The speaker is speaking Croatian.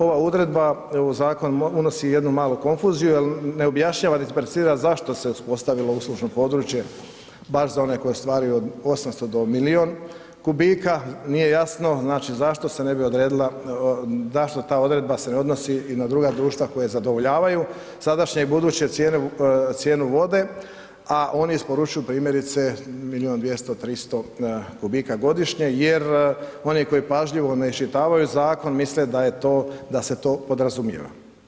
Ova odredba u zakon unosi jednu malu konfuziju, al ne objašnjava, nit perticipira zašto se uspostavilo uslužno područje baš za one koji stvaraju od 800 do milijun kubika, nije jasno znači zašto se ne bi odredila, zašto ta odredba se ne odnosi i na druga društva koje zadovoljavaju sadašnje i buduće cijenu vode, a oni isporučuju primjerice milijun, 200, 300 kubika godišnje jer oni koji pažljivo ne isčitavaju zakon, misle da se to podrazumijeva.